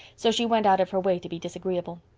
so she went out of her way to be disagreeable.